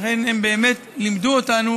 לכן הם באמת לימדו אותנו